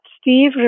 Steve